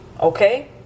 Okay